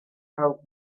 have